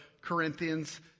Corinthians